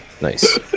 nice